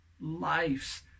lives